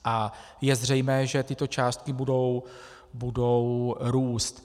A je zřejmé, že tyto částky budou růst.